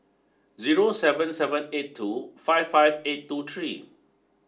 zero seven seven eight two five five eight two three